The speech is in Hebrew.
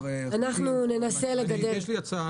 אנחנו ננסה לגדר את התחומים.